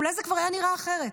אולי זה כבר היה נראה אחרת.